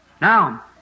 now